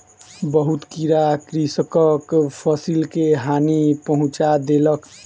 बहुत कीड़ा कृषकक फसिल के हानि पहुँचा देलक